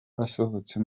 basohotse